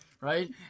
right